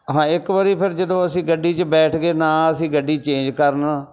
ਹਾਂ ਇੱਕ ਵਾਰੀ ਫਿਰ ਜਦੋਂ ਅਸੀਂ ਗੱਡੀ 'ਚ ਬੈਠ ਗਏ ਨਾ ਅਸੀਂ ਗੱਡੀ ਚੇਂਜ ਕਰਨ